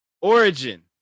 origin